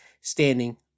standing